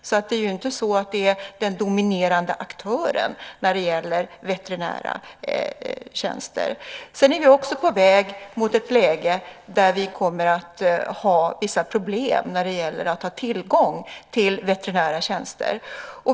Så det är inte den dominerande aktören när det gäller veterinära tjänster. Vi är också på väg mot ett läge där vi kommer att ha vissa problem med att ha tillgång till veterinära tjänster.